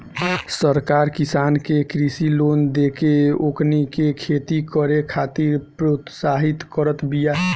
सरकार किसान के कृषि लोन देके ओकनी के खेती करे खातिर प्रोत्साहित करत बिया